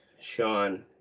Sean